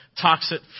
toxic